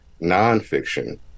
nonfiction